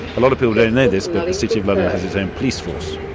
a lot of people don't know this, but the city of london has its own police force.